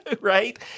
right